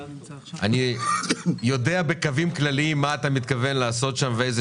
אני יודע בקווים כלליים מה אתה מתכוון לעשות שם ואיזה